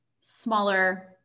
smaller